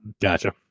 Gotcha